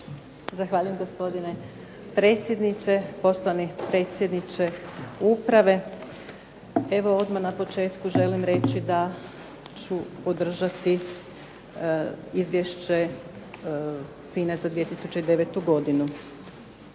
Zahvaljujem gospodine predsjedniče, poštovani predsjedniče uprave. Evo odmah na početku želim reći da ću podržati Izvješće FINA-e za 2009. godinu.